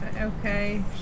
okay